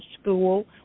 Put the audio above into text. school